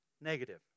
negative